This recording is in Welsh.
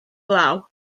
glaw